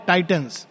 Titans